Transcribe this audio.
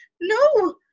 no